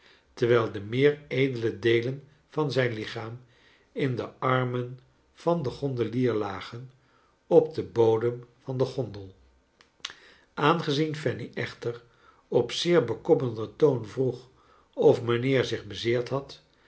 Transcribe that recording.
terwijl de meer edele deelen van zijn lichaam in de armen van den gondelier lagen op den bodem van de gondel aangezien fanny echter op zeer bekommerden toon vroeg of mijnheer zich bezeerd had